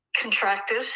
contracted